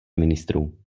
ministrů